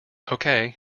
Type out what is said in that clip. okay